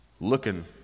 looking